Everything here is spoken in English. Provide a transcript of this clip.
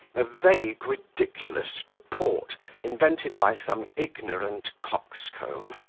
a vague ridiculous report invented by some ignorant coxcomb,